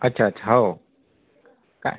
अच्छा अच्छा हो काय